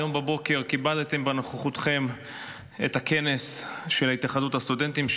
היום בבוקר כיבדתם בנוכחותכם את הכנס של התאחדות הסטודנטים,